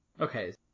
Okay